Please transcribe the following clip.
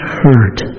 hurt